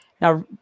now